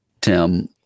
Tim